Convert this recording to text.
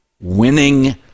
winning